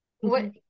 what-